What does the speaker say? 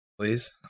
Please